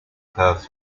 curve